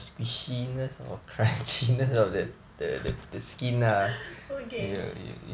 okay